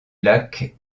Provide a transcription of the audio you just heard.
lac